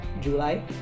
July